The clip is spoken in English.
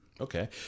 okay